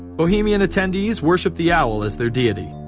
bohemian attendees worship the owl as their deity.